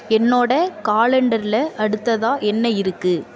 என்னோடய காலண்டரில் அடுத்ததாக என்ன இருக்குது